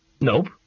Nope